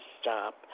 stop